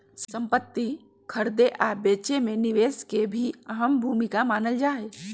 संपति खरीदे आ बेचे मे निवेश के भी अहम भूमिका मानल जाई छई